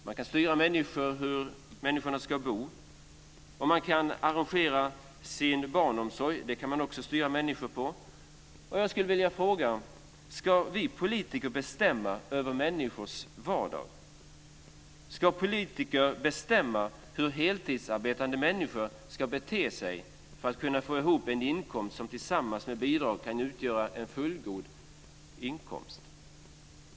Man kan styra hur människorna ska bo och hur de ska arrangera sin barnomsorg. Ska vi politiker bestämma över människors vardag? Ska politiker bestämma hur heltidsarbetande människor ska bete sig för att kunna få ihop en inkomst som tillsammans med bidrag kan utgöra en fullgod sådan?